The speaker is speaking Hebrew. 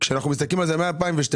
כשאנחנו מסתכלים על זה מ-2012,